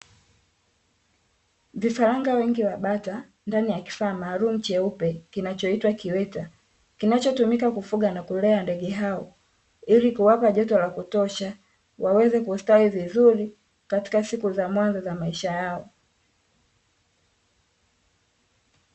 Vifaranga wengi wa bata ndani ya kifaa maalumu cheupe kinachoitwa kiota, kinachotumika kufuga na kulea ndege hao ili kuwapa joto la kutosha, waweze kustawi vizuri katika siku za mwanzo za maisha yao.